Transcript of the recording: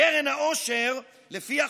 קרן העושר לפי החוק,